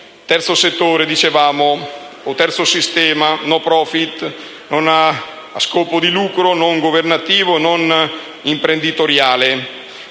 terzo sistema, *no profit*, senza scopo di lucro, non governativo e non imprenditoriale